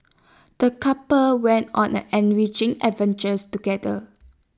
the couple went on an enriching adventures together